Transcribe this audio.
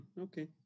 okay